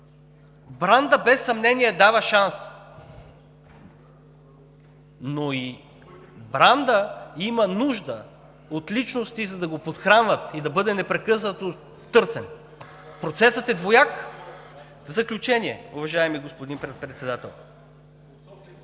брандът без съмнение дава шанс, но и брандът има нужда от личности, за да го подхранват и да бъде непрекъснато търсен. Процесът е двояк. В заключение, уважаеми господин Председател!